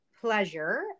pleasure